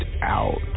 out